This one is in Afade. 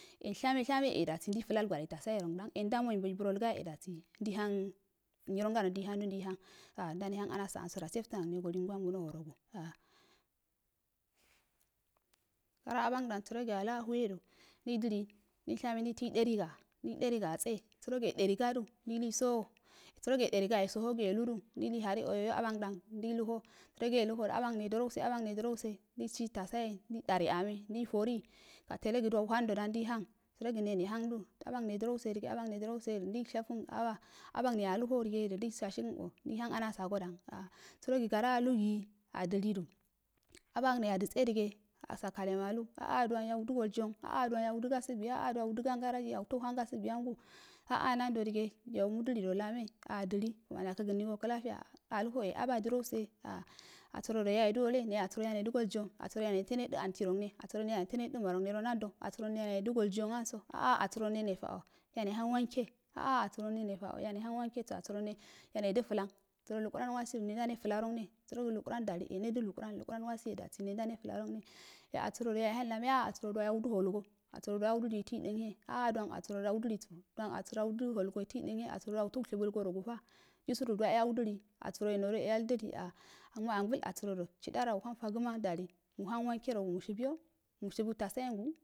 Yen shame shame a dosi ndei flal gwale tasayerondah yendame noi bralgayo e dasi ndeihando ndeihana ndane hang amsa ansoda saftan angngo linkuwa ngund horo gua gora abangdan sarogi aluwa huwedu ndeidili lenshame ndei toide rəga ndenəga atse sərogi yederisadu miluiso ho sərogi yederisadu miluisi ho sərogi yederisa sohogi yeludu ndeihai oyoyo abangdang ndei luho səogi yeludu abange arduse abamage drause ndeisi tasaye ndei dani arme ndeitori kalelogi duan hangdoda nedihang sərogi ndene hangdu abangne dra dige abangne drause ndei shetura aba abangno aluhodigedo ndai shasigəri o ndei hang anasasodam a sarogi gorra alugi adili du abanane adtse dige a sakale malu a a duwan yadugol gasugui a a duan yaudə gan garagi yauto hang gasugu yangu a'a nandodige yaudulkado lame a dili kəmani akəkənəgo klafiya aluho e aba drause a asərodu yauwa edə wole neyo asəro yane dəgot giong asəro yane to ne də antrongne asəro yane to nedə marnero nado asərəde golgionganso a'a asəro ne nefla o yane hang wanke a'a absəro nene ta'o nene hang wankeso asəro ne yanedə flan sərogi lukuranwasi e ndane flarongne sərogi lukurah ndoli e nedə lukuran lukuram lwaasi dasi ndane flarongne ya abə rədo yawe han larne a'a asərodo duwa yaudo holgo asəro duwa yaudiligi toidə duwa yaudiligi toidə ənhe a'a absəro duwa yaudiliso duwan he asəro yauto shubulgo rogufa jibudo duwa e yaudili asəro nodo e yale dili asəro nodo e yaudili asəro nodo e yaldili a ame angul asərodu chidaro yauhamfagəma ndali ə muhang wankerogo shuibuyo mushibu tasa yengu,